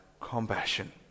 compassion